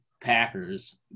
Packers